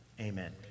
Amen